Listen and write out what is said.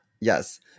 Yes